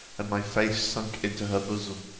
and my face sunk into her bosom.